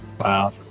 Wow